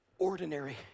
Ordinary